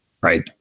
Right